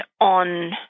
on